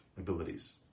abilities